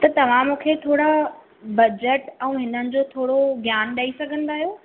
त तव्हां मूंखे थोरा बजट ऐं हिननि जो थोरो ज्ञानु ॾेई सघंदा आहियो